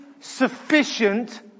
sufficient